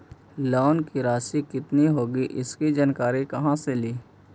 Loan की रासि कितनी होगी इसकी जानकारी कहा से ली?